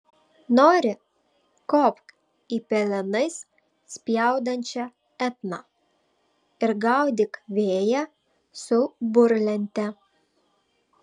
nori kopk į pelenais spjaudančią etną ar gaudyk vėją su burlente